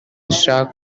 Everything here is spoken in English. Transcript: stark